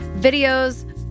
videos